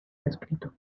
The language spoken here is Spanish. descrito